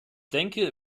denke